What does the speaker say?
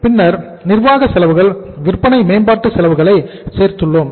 பின்னர் நிர்வாக செலவுகள் விற்பனை மேம்பாட்டு செலவுகளை சேர்த்துள்ளோம்